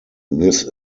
this